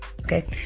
Okay